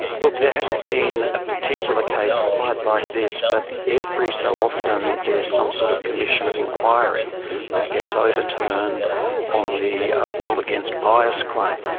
look, there hasn't been a particular case quite like this, but every so often there is some sort of commission of inquiry that gets overturned on the rule against bias claim.